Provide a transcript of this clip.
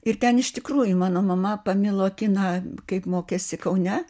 ir ten iš tikrųjų mano mama pamilo kiną kaip mokėsi kaune